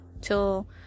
till